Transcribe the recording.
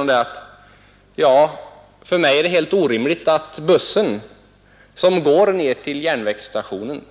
Hon svarade: Ja, för mig är det helt orimligt att bussen, som går ned till järnvägsstationen,